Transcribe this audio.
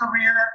career